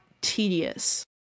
tedious